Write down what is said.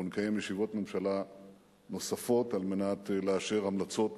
אנחנו נקיים ישיבות ממשלה נוספות על מנת לאשר המלצות נוספות.